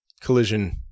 Collision